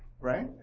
Right